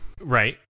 right